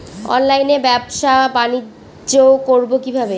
অনলাইনে ব্যবসা বানিজ্য করব কিভাবে?